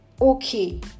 okay